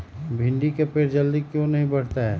भिंडी का पेड़ जल्दी क्यों नहीं बढ़ता हैं?